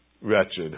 Wretched